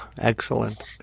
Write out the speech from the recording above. Excellent